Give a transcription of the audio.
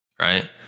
Right